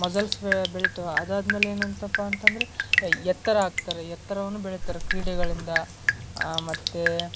muscles ಬೆಳಿತಾವ ಅದಾದ್ಮೇಲೆ ಏನಂತಪ್ಪ ಅಂತಂದರೆ ಎತ್ತರ ಆಗ್ತಾರೆ ಎತ್ತರವನ್ನು ಬೆಳಿತಾರೆ ಕ್ರೀಡೆಗಳಿಂದ ಮತ್ತು